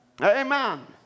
Amen